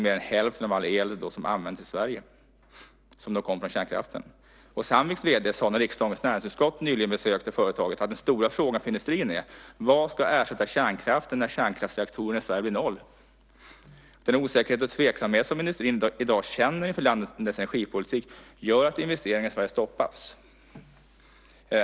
Mer än hälften av den el som användes i Sverige kom alltså från kärnkraften. Sandviks vd sade när riksdagens näringsutskott nyligen besökte företaget att den stora frågan för industrin är vad som ska ersätta kärnkraften när kärnkraftsreaktorerna i Sverige blir noll. Den osäkerhet och tveksamhet som industrin i dag känner inför landets energipolitik gör att investeringar i Sverige stoppas.